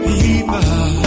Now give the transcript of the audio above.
People